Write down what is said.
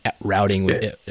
routing